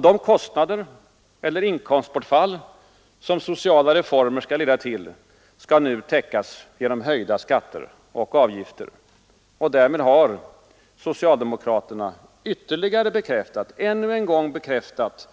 De kostnader eller inkomstbortfall som sociala reformer leder till skall nu täckas genom höjda skatter och avgifter. Därmed har socialdemokraterna ännu en gång bekräftat